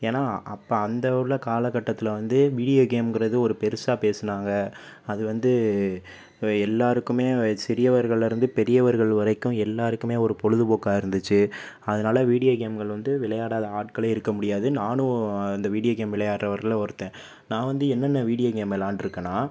ஏன்னால் அப்போ அந்த உள்ள காலகட்டத்தில் வந்து வீடியோ கேம்ங்கிறது ஒரு பெரிசா பேசினாங்க அது வந்து எல்லோருக்குமே சிறியவர்களேருந்து பெரியவர்கள் வரைக்கும் எல்லோருக்குமே ஒரு பொழுதுபோக்காக இருந்திச்சு அதனாலே வீடியோ கேம்கள் வந்து விளையாடாத ஆட்களே இருக்க முடியாது நானும் அந்த வீடியோ கேம் விளையாடுறவரில் ஒருத்தன் நான் வந்து என்னென்ன வீடியோ கேம் விளாண்டுருக்கேன்னா